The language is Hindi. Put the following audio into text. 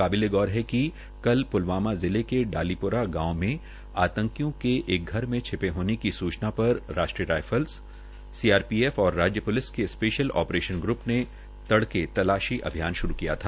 काबिले गौर है कि कल प्लवामा जिले के डालीपुरा गांव में आंतकियो के एक घर में छिपे होने की सूचना पर राष्ट्रीय राईफल्स सीआरपीएफ और राज्य पुलिस के स्पैशल आप्रेशन ग्रुप ने तड़के तलाशी अभियान श्रू किया था